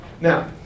Now